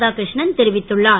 தாகிருஷ்ணன் தெரிவித்துள்ளார்